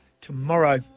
tomorrow